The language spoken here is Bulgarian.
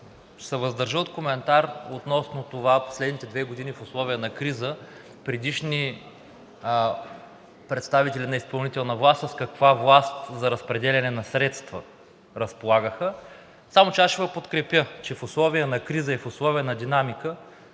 ще се въздържа от коментар относно това последните две години в условия на криза предишни представители на изпълнителната власт с каква власт за разпределяне на средства разполагаха. Само че аз ще Ви подкрепя, че в условия на криза и в условия на динамика